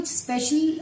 special